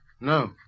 No